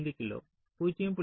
5 kilo 0